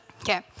Okay